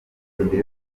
ubundi